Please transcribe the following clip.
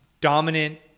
dominant